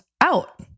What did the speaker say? out